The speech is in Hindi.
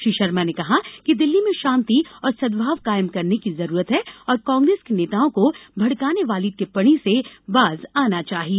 श्री शर्मा ने कहा कि दिल्ली में शांति और सद्भाव कायम करने की जरूरत है और कांग्रेस के नेताओं को भड़काने वाली टिप्पणी से बाज आना चाहिए